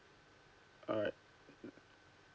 alright